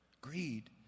Greed